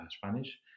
Spanish